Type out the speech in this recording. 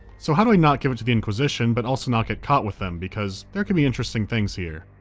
so how do i not give it to the inquisition, but also not get caught with them, because there can be interesting things here?